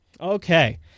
Okay